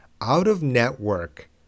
out-of-network